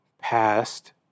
past